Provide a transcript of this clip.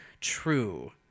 true